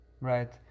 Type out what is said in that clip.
right